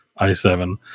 i7